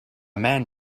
man